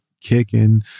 kicking